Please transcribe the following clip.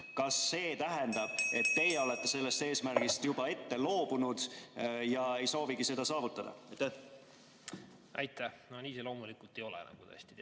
Kas see tähendab, et teie olete sellest eesmärgist juba ette loobunud ja ei soovigi seda saavutada? Aitäh! No nii see loomulikult ei ole, nagu te hästi